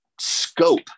scope